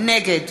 נגד